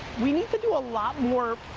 we need to do a lot more,